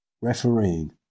refereeing